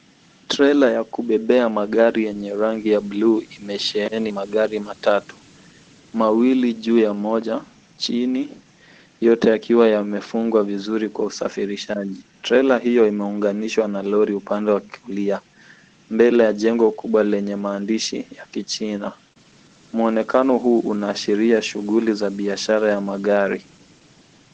Trela ya kubebea magari yenye rangi ya buluu imesheheni magari matatu, mawili juu ya moja, chini yote yakiwa yamefungwa vizuri kwa usafirishaji. Trela hiyo imeunganishwa na roli upande wa kulia. Mbele ya jengo kubwa lenye maandishi ya kichina. Mwonekano huu unaashiria shuguli za biashara ya magari.